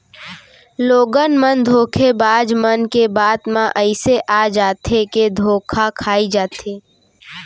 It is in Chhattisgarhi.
लोगन मन धोखेबाज मन के बात म अइसे आ जाथे के धोखा खाई जाथे